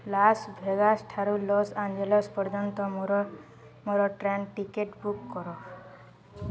ଲାସ୍ଭେଗାସ୍ଠାରୁ Los Angeles ପର୍ଯ୍ୟନ୍ତ ମୋର ମୋର ଟ୍ରେନ୍ ଟିକେଟ୍ ବୁକ୍ କର